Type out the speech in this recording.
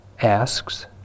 asks